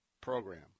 program